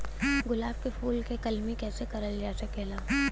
गुलाब क फूल के कलमी कैसे करल जा सकेला?